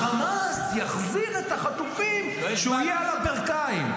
החמאס יחזיר את החטופים כשהוא יהיה על הברכיים.